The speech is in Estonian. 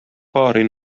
paari